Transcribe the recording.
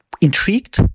intrigued